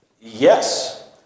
Yes